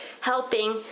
helping